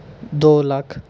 ਦੋ ਲੱਖ